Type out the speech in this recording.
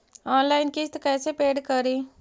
Online किस्त कैसे paid करि?